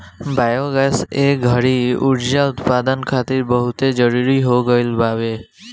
biogas ए घड़ी उर्जा उत्पदान खातिर बहुते जरुरी हो गईल बावे